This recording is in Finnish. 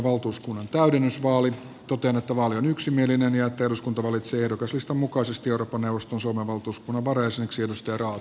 totean että vaali on yksimielinen ja että eduskunta valitsee ehdokaslistan mukaisesti euroopan neuvoston suomen valtuuskunnan varajäseneksi mika raatikaisen